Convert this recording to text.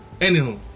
Anywho